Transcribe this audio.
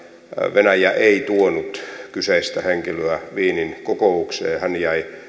venäjä ei tuonut kyseistä henkilöä wienin kokoukseen hän jäi